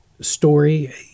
story